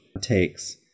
takes